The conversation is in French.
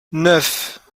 neuf